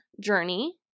journey